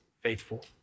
faithful